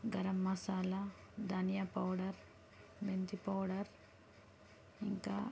గరం మసాల ధనియా పౌడర్ మెంతి పౌడర్ ఇంకా